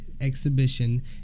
Exhibition